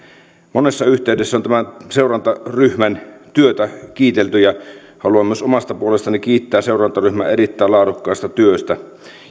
monessa yhteydessä on tämän seurantaryhmän työtä kiitelty ja haluan myös omasta puolestani kiittää seurantaryhmää erittäin laadukkaasta työstä